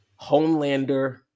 homelander